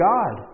God